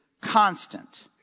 constant